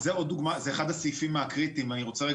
זה אחד הסעיפים הקריטיים ואני רוצה לומר